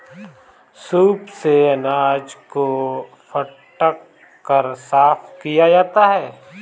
soup से अनाज को फटक कर साफ किया जाता है